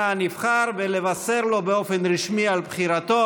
הנבחר ולבשר לו באופן רשמי על בחירתו.